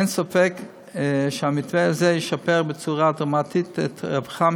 אין ספק שהמתווה הזה ישפר בצורה דרמטית את רווחתם